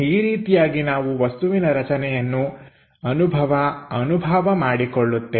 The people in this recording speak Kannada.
ಈ ರೀತಿಯಾಗಿ ನಾವು ವಸ್ತುವಿನ ರಚನೆಯನ್ನು ಅನುಭವ ಅನುಭಾವ ಮಾಡಿಕೊಳ್ಳುತ್ತೇವೆ